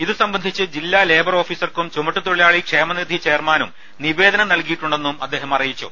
ഇതുസംബന്ധിച്ച് ജില്ലാ ലേബർ ഓഫീസർക്കും ചുമട്ടു തൊഴിലാളി ക്ഷേമനിധി ചെയർമാനും നിവേദനം നൽകിയിട്ടുണ്ടെന്നും അദ്ദേഹം അറിയിച്ചു